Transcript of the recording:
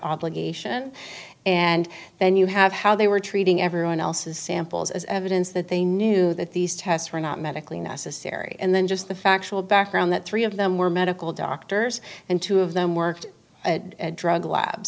obligation and then you have how they were treating everyone else's samples as evidence that they knew that these tests were not medically necessary and then just the factual background that three of them were medical doctors and two of them worked at a drug lab